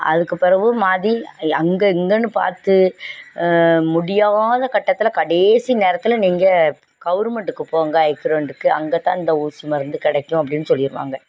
அதுக்கு பிறவு மதி அங்கே இங்கேன்னு பார்த்து முடியாத கட்டத்தில் கடைசி நேரத்தில் நீங்கள் கவுர்மெண்ட்டுக்கு போங்க ஐக்ரெண்டுக்கு அங்கே தான் இந்த ஊசி மருந்து கிடைக்கும் அப்படின்னு சொல்லிடுறாங்க